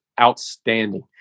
outstanding